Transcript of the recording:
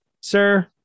Sir